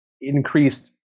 increased